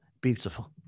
beautiful